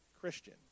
Christian